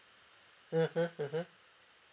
mm mm mmhmm